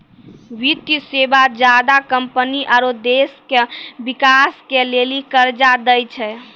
वित्तीय सेवा ज्यादा कम्पनी आरो देश के बिकास के लेली कर्जा दै छै